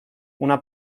una